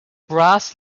brass